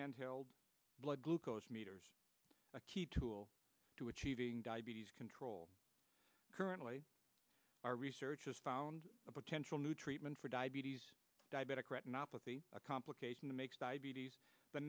handheld blood glucose meters a key tool to achieving diabetes control currently our research has found a potential new treatment for diabetes diabetic retinopathy a complication that makes diabetes the